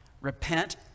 Repent